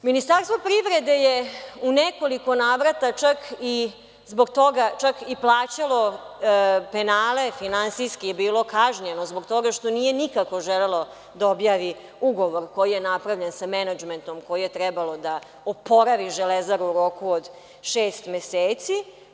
Ministarstvo privrede je u nekoliko navrata čak i plaćalo penale, finansijski je bilo kažnjeno zbog toga što nije nikako želelo da objavi ugovor koji je napravljen sa menadžmentom koji je trebalo da oporavi Železaru u roku od šest meseci.